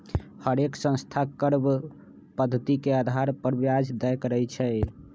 हरेक संस्था कर्व पधति के अधार पर ब्याज तए करई छई